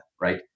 right